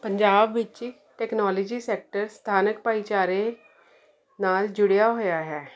ਪੰਜਾਬ ਵਿੱਚ technology sector ਸਥਾਨਕ ਭਾਈਚਾਰੇ ਨਾਲ ਜੁੜਿਆ ਹੋਇਆ ਹੈ